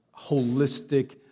holistic